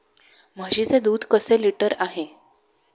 म्हशीचे दूध कसे लिटर आहे?